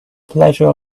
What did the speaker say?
pleasure